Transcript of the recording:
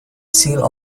seal